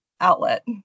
outlet